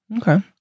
Okay